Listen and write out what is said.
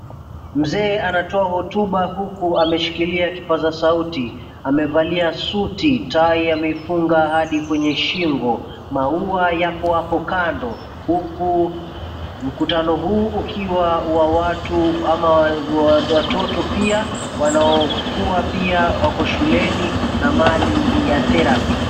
Mzee anatoa hotuba huku ameshikilia kipaza sauti, amevalia suti, tai ameifunga hadi kwa shingo, maua yapo hapo kando huku mkutano huu ukiwa wa watu ama watoto pia wanaokuwa pia wako shuleni na mali ya [cp] therapy [cp]